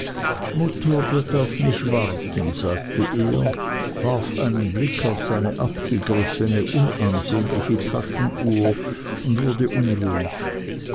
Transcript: mutter wird auf mich warten sagte er warf einen blick auf seine abgegriffne unansehnliche taschenuhr und wurde unruhig